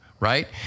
Right